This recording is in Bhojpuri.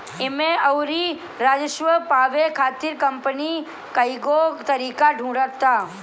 एमे अउरी राजस्व पावे खातिर कंपनी कईगो तरीका ढूंढ़ता